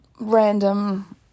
random